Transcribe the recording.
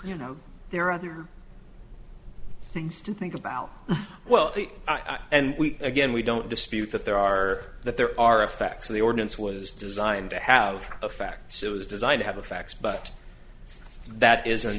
you know there are other things to think about well and again we don't dispute that there are that there are effects of the ordinance was designed to have affects it was designed to have effects but that isn't